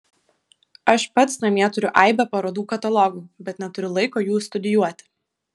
aš pats namie turiu aibę parodų katalogų bet neturiu laiko jų studijuoti